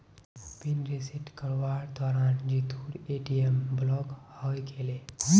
pin reset करवार दौरान जीतूर ए.टी.एम ब्लॉक हइ गेले